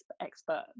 expert